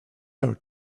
out